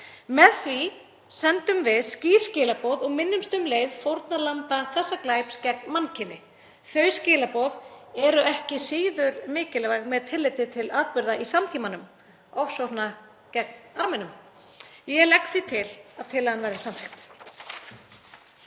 Með því sendum við skýr skilaboð og minnumst um leið fórnarlamba þessa glæps gegn mannkyni. Þau skilaboð eru ekki síður mikilvæg með tilliti til atburða í samtímanum, ofsókna gegn Armenum. Ég legg því til að tillagan verði samþykkt.